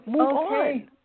okay